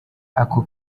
ako